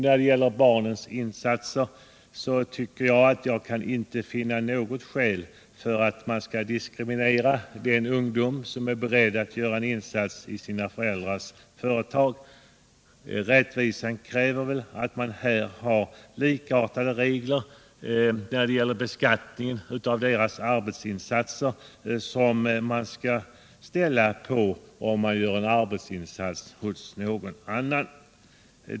När det gäller barnens insatser kan jag inte finna något skäl för att man skall diskriminera de ungdomar som är beredda att göra en insats i sina föräldrars företag. Rättvisan kräver här att man har likartade regler för beskattningen oavsett om barnen arbetar i föräldrarnas företag eller gör en insats hos någon annan.